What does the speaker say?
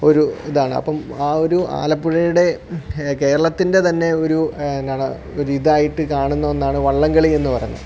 ഒരു ഇതാണ് അപ്പം ആ ഒരു ആലപ്പുഴയുടെ കേരളത്തിൻ്റെ തന്നെ ഒരു എന്നാണ് ഒരു ഇതായിട്ട് കാണുന്ന ഒന്നാണ് വള്ളംകളി എന്നു പറയുന്നത്